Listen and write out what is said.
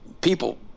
people